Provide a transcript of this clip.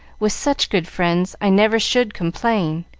with such good friends, i never should complain.